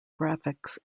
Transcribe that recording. graphics